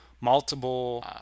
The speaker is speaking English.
multiple